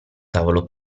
tavolo